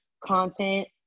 content